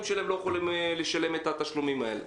שלהם לא יכולים לשלם את התשלומים האלה.